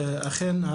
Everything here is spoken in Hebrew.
אכן,